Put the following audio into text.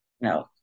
No